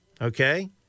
okay